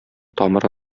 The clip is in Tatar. тамыры